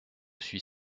suis